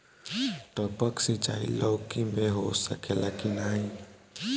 टपक सिंचाई लौकी में हो सकेला की नाही?